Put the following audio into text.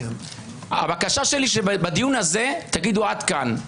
הבקשה שלי שבדיון הזה תגידו עד כאן,